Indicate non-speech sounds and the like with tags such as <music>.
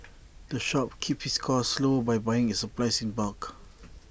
<noise> the shop keeps its costs low by buying its supplies in bulk